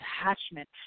attachment